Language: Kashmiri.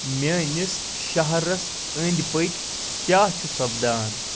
میٲنِس شَہرس أندۍ پٔکۍ کیاہ چھُ سپدان